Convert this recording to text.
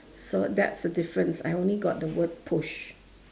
so that's the difference I only got the word push